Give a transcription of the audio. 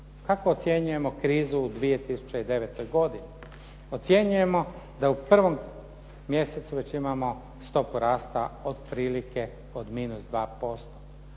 Kako ocjenjujemo krizu u 2009. godini? Ocjenjujemo da u 1. mjesecu već imamo stopu rasta otprilike od minus 2%,